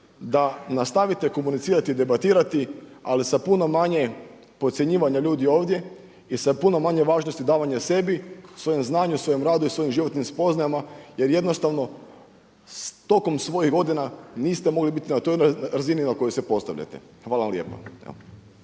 da nastavite komunicirati i debatirati ali sa puno manje podcjenjivanja ljudi ovdje i sa puno manje važnosti davanja sebi svojem znanju, svojem radu i svojim životnim spoznajama jer jednostavno tokom svojih godina niste mogli biti na toj razini na kojoj se postavljate. Hvala lijepa.